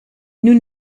nous